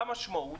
מה המשמעות?